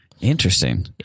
Interesting